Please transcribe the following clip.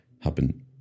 happen